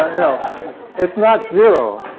it's not zero.